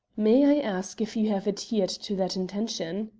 may i ask if you have adhered to that intention?